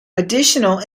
additional